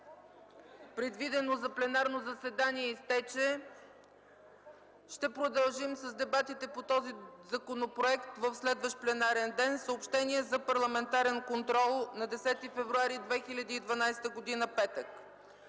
предвидено за пленарно заседание изтече, ще продължим с дебатите по този законопроект в следващ пленарен ден. Съобщение за парламентарен контрол на 10 февруари 2012 г., петък: